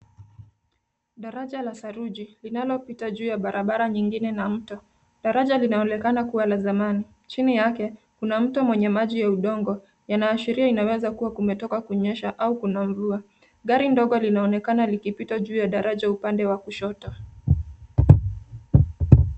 Daraja la saruji linalopita juu ya barabara nyingine na mto. Daraja linaonekana kuwa la zamani. Chini yake kuna mto mwenye maji ya udongo yanaashiria inaweza kuwa kumetoka kunyesha au kuna mvua. Gari ndogo linaonekana likipita juu ya daraja upande wa kushoto.